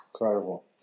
Incredible